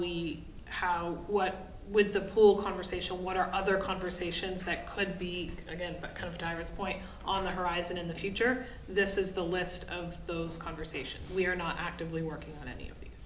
we how what with the pull conversation what are other conversations that could be again kind of tyrus point on the horizon in the future this is the list of those conversations we are not actively working on any of these